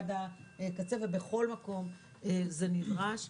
בכל מקום זה נדרש.